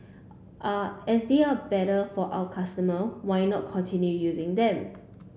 are as they are better for our customer why not continue using them